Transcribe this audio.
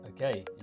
Okay